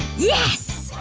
yes!